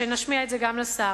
שנשמיע את זה גם לשר: